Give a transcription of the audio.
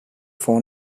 phone